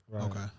Okay